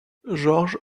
georges